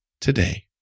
today